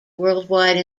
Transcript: worldwide